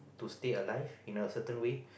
to stay alive in a certain way